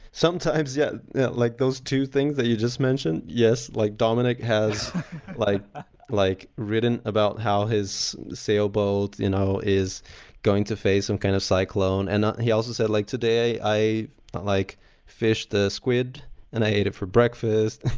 sometimes yeah like those two things that you just mention, yes, like dominic has like like written about how his sailboat you know is going to face some kind of cyclone. and he also said, like today, i like fish the squid and i ate it for breakfast,